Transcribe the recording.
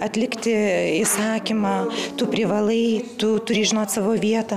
atlikti įsakymą tu privalai tu turi žinot savo vietą